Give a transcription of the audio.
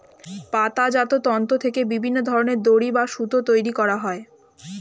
পাতাজাত তন্তু থেকে বিভিন্ন ধরনের দড়ি বা সুতো তৈরি করা হয়